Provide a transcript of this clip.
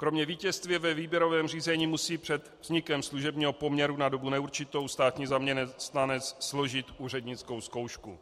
Kromě vítězství ve výběrovém řízení musí před vznikem služebního poměru na dobu neurčitou státní zaměstnanec složit úřednickou zkoušku.